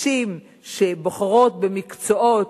נשים שבוחרות במקצועות,